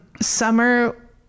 summer